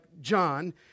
John